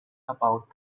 about